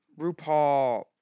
RuPaul